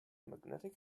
magnetic